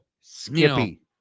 Skippy